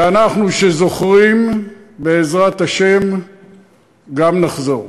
ואנחנו, שזוכרים, בעזרת השם גם נחזור.